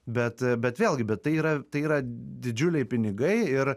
bet bet vėlgi bet tai yra tai yra didžiuliai pinigai ir